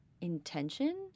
intention